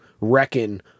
reckon